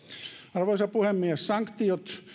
arvoisa puhemies sanktiot